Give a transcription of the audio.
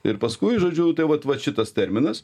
ir paskui žodžiu tai vat vat šitas terminas